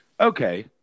okay